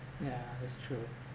yeah that's true